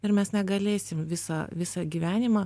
ir mes negalėsim visą visą gyvenimą